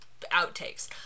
outtakes